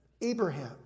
Abraham